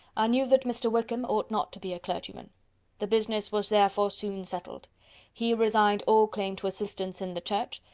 i knew that mr. wickham ought not to be a clergyman the business was therefore soon settled he resigned all claim to assistance in the church,